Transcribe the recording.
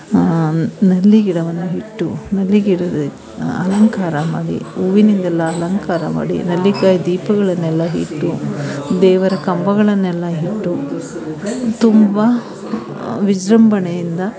ನೆಲ್ಲಿ ಗಿಡವನ್ನು ಹಿಟ್ಟು ನೆಲ್ಲಿ ಗಿಡದ ಅಲಂಕಾರ ಮಾಡಿ ಹೂವಿನಿಂದೆಲ್ಲ ಅಲಂಕಾರ ಮಾಡಿ ನೆಲ್ಲಿಕಾಯಿ ದೀಪಗಳನ್ನೆಲ್ಲ ಇಟ್ಟು ದೇವರ ಕಂಬಗಳನ್ನೆಲ್ಲ ಇಟ್ಟು ತುಂಬ ವಿಜೃಂಭಣೆಯಿಂದ